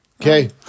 Okay